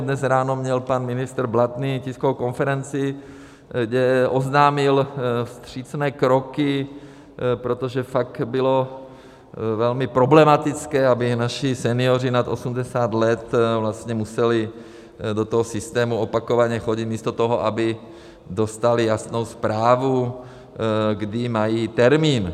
Dnes ráno měl pan ministr Blatný tiskovou konferenci, kde oznámil vstřícné kroky, protože fakt bylo velmi problematické, aby naši senioři nad 80 let vlastně museli do toho systému opakovaně chodit místo toho, aby dostali jasnou zprávu, kdy mají termín.